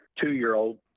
Two-year-old